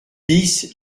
bis